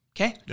Okay